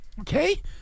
Okay